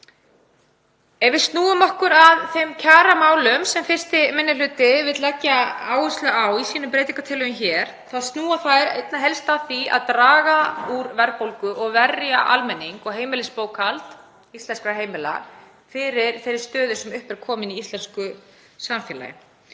Ef við snúum okkur að þeim kjaramálum sem 1. minni hluti vill leggja áherslu á í sínum breytingartillögum þá snúa þau einna helst að því að draga úr verðbólgu og verja almenning og heimilisbókhald íslenskra heimila fyrir þeirri stöðu sem upp er komin í íslensku samfélagi.